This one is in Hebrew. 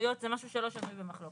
אמנויות זה משהו שלא שנוי במחלוקת,